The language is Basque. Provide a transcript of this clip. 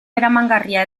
eramangarria